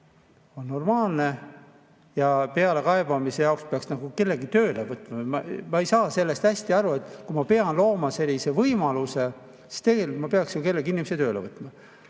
on normaalne, ja pealekaebamise jaoks peaks kellegi tööle võtma. Ma ei saa sellest hästi aru, et kui ma pean looma sellise võimaluse, siis tegelikult ma peaks kellegi inimese tööle võtma.